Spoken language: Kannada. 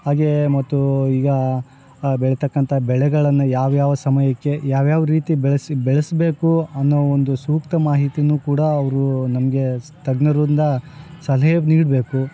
ಹಾಗೆ ಮತ್ತು ಈಗ ಆ ಬೆಳಿತಕ್ಕಂಥ ಬೆಳೆಗಳನ್ನು ಯಾವ್ಯಾವ ಸಮಯಕ್ಕೆ ಯಾವ್ಯಾವ ರೀತಿ ಬೆಳೆಸ ಬೆಳೆಸ್ಬೇಕು ಅನ್ನೋ ಒಂದು ಸೂಕ್ತ ಮಾಹಿತಿ ಕೂಡ ಅವರು ನಮಗೆ ತಜ್ಞರಿಂದ ಸಲಹೆ ನೀಡಬೇಕು